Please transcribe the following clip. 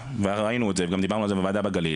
דיברנו על זה וראינו את זה בוועדה בגליל,